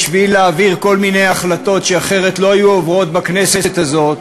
בשביל להעביר כל מיני החלטות שאחרת לא היו עוברות בכנסת הזאת,